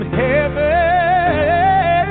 heaven